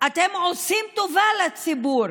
אתם עושים טובה לציבור,